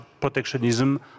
protectionism